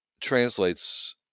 translates